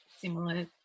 similar